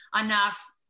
enough